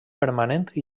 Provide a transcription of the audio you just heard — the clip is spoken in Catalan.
permanent